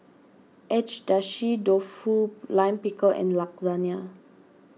Agedashi Dofu Lime Pickle and